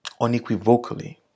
unequivocally